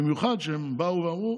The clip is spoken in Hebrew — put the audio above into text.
במיוחד שהם באו ואמרו: